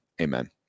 Amen